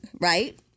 right